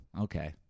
Okay